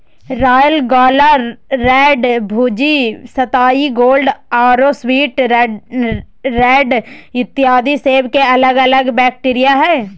royal gala, red Fuji, सताई gold आरो sweet red इत्यादि सेब के अलग अलग वैरायटी हय